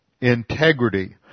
integrity